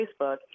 Facebook